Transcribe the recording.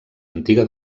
antiga